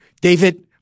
David